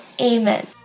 Amen